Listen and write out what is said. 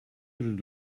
rely